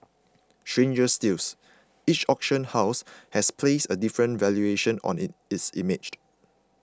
stranger stills each auction house has placed a different valuation on in its imaged